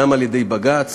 גם על-ידי בג"ץ,